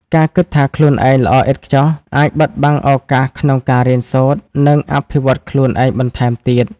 ការគិតថាខ្លួនឯងល្អឥតខ្ចោះ អាចបិទបាំងឱកាសក្នុងការរៀនសូត្រ និងអភិវឌ្ឍន៍ខ្លួនឯងបន្ថែមទៀត។